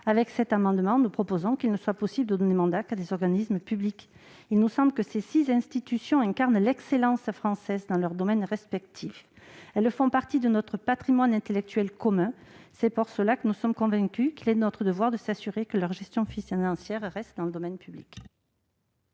Avec cet amendement, nous proposons qu'il ne soit possible de donner mandat qu'à des organismes publics. Ces six institutions incarnent l'excellence française dans leur domaine respectif ; elles font partie de notre patrimoine intellectuel commun. Il est de notre devoir, nous en sommes convaincus, de nous assurer que leur gestion financière reste dans le domaine public.